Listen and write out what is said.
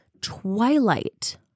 Twilight